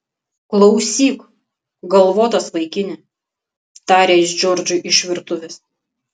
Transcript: klausyk galvotas vaikine tarė jis džordžui iš virtuvės